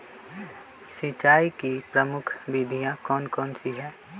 सिंचाई की प्रमुख विधियां कौन कौन सी है?